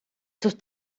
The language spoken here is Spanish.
sus